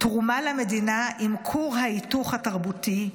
תרומה למדינה עם כור ההיתוך התרבותי,